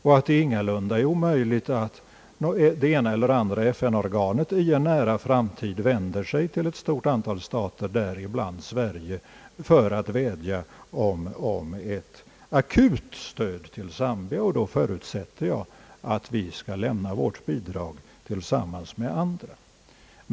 Det är ingalunda omöjligt, sade han, att det ena eller andra FN-organet i en nära framtid vänder sig till ett stort antal stater — däribland Sverige — för att vädja om ett akut stöd till Zambia. Då förutsätter jag att vi skall lämna vårt bidrag tillsammans med andra.